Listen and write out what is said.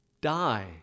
die